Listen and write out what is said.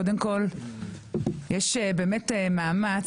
קודם כל יש באמת מאמץ,